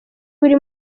buri